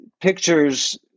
pictures